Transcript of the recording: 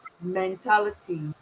mentality